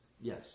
Yes